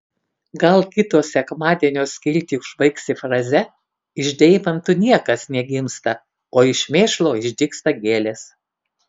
gal kito sekmadienio skiltį užbaigsi fraze iš deimantų niekas negimsta o iš mėšlo išdygsta gėlės